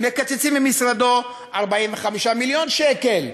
מקצצים ממשרדו 45 מיליון שקל.